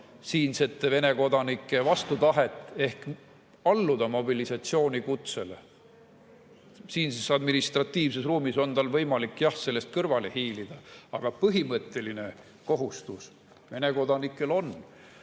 siinsete Vene kodanike vastutahet alluda mobilisatsioonikutsele. Siinses administratiivses ruumis on võimalik jah sellest kõrvale hiilida. Aga põhimõtteline kohustus Vene kodanikel